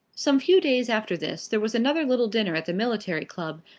some few days after this there was another little dinner at the military club,